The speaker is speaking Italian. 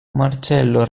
marcello